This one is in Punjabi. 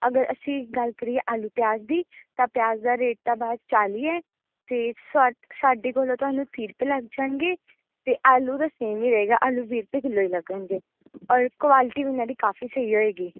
ਅਗਰ ਅਸੀਂ ਗੱਲ ਕਰੀਏ ਆਲੂ ਪਿਆਜ਼ ਦੀ ਤਾਂ ਪਿਆਜ਼ ਦਾ ਰੇਟ ਤਾਂ ਬਾਹਰ ਚਾਲੀ ਹੈ ਅਤੇ ਸਾਠ ਸਾਡੇ ਕੋਲੋਂ ਤੁਹਾਨੂੰ ਤੀਹ ਰੁਪਏ ਲੱਗ ਜਾਣਗੇ ਅਤੇ ਆਲੂ ਦਾ ਸੇਮ ਹੀ ਰਹੇਗਾ ਆਲੂ ਵੀਹ ਰੁਪਏ ਕਿੱਲੋ ਹੀ ਲੱਗਣਗੇ ਔਰ ਕੁਆਲਿਟੀ ਵੀ ਉਨ੍ਹਾਂ ਦੀ ਕਾਫੀ ਸਹੀ ਹੋਏਗੀ